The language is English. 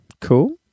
Cool